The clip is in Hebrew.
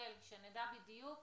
שנדע בדיוק